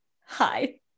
Hi